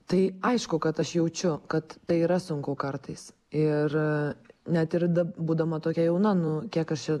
tai aišku kad aš jaučiu kad tai yra sunku kartais ir net ir būdama tokia jauna nu kiek aš čia